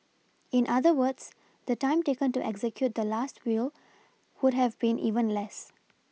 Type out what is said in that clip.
in other words the time taken to execute the last will would have been even less